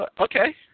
okay